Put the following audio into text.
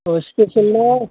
ओह स्पिसियेल ना